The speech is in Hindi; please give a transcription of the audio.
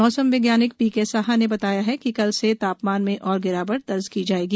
मौसम वैज्ञानिक पीके साहा ने बताया कि कल से तामपमान में और गिरावट दर्ज की जाएगी